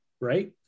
right